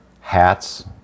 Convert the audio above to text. Hats